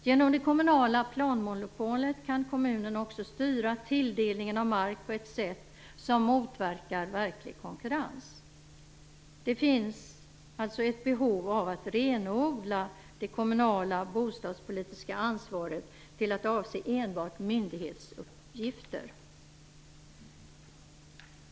Genom det kommunala planmonopolet kan kommunen också styra tilldelningen av mark på ett sätt som motverkar verklig konkurrens. Det finns ett behov av att renodla det kommunala bostadspolitiska ansvaret till att avse enbart myndighetsuppgifter.